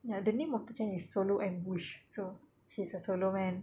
ya the name of person is solo ambush so he's a solo man